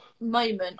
moment